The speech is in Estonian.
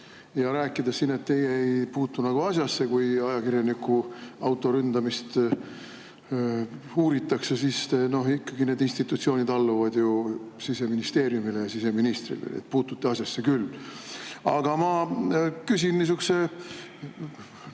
ja rääkida siin, et teie ei puutu nagu asjasse, kui ajakirjaniku auto ründamist uuritakse. Need institutsioonid alluvad ju ikkagi Siseministeeriumile ja siseministrile. Puutute asjasse küll. Aga ma küsin niisuguse